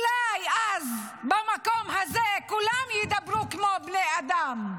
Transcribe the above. אולי אז במקום הזה כולם ידברו כמו בני אדם.